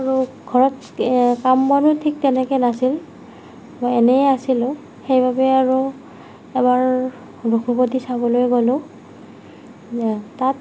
আৰু ঘৰত এ কাম বনো ঠিক তেনেকৈ নাছিল এনেই আছিলোঁ সেইবাবে আৰু এইবাৰ ৰঘুপতি চাবলৈ গলোঁ তাত